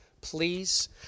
Please